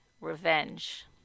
revenge